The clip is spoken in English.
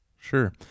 Sure